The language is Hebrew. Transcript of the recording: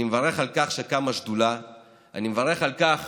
אני מברך על כך